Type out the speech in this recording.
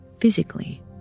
physically